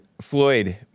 Floyd